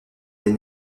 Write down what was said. des